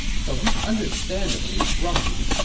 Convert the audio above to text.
so he's understandably grumpy